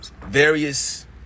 various